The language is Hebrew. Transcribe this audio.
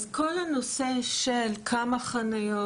אז כל הנושא של כמה חניות,